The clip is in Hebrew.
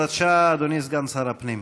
בבקשה, אדוני סגן שר הפנים.